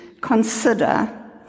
consider